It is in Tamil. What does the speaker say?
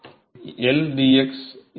How do we find the surface temperature